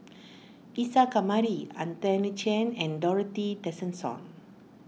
Isa Kamari Anthony Chen and Dorothy Tessensohn